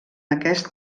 aquest